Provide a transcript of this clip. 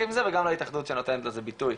עם זה וגם להתאחדות שנותנת לזה ביטוי,